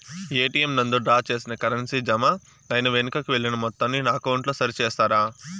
ATM నందు draw చేసిన currency jam అయి వెనుకకు వెళ్లిన మొత్తాన్ని నా అకౌంట్ లో సరి చేస్తారా?